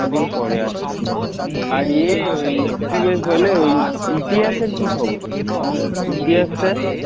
কদিন পরে আচ্ছা আর ইয়ে ওই কী বেশ বলে ওই ইতিহাসের কী খবর ইতিহাসটা